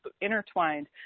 intertwined